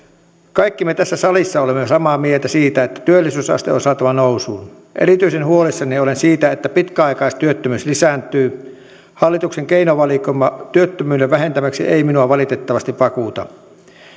kaikki me tässä salissa olemme samaa mieltä siitä että työllisyysaste on saatava nousuun erityisen huolissani olen siitä että pitkäaikaistyöttömyys lisääntyy hallituksen keinovalikoima työttömyyden vähentämiseksi ei minua valitettavasti vakuuta